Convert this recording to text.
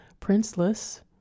Princeless